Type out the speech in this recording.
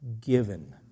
given